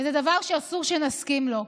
וזה דבר שאסור שנסכים לו.